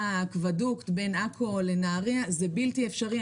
האקוודוקט בין עכו לנהרייה זה בלתי אפשרי.